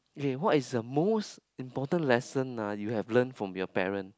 okay what is the most important lesson ah you have learn from your parent